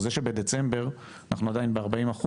זה שבדצמבר אנחנו עדיין ב-40%,